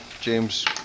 James